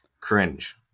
Cringe